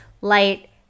light